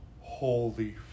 holy